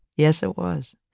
yes, it was.